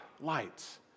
lights